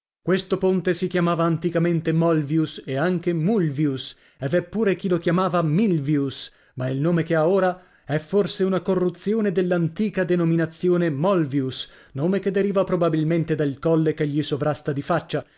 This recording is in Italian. questo ponte si chiamava anticamente molvius e anche mulvius e v'è pure chi lo chiamava milvius ma il nome che ha ora è forse una corruzione dell'antica denominazione molvius nome che deriva probabilmente dal colle che gli sovrasta di faccia